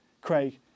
Craig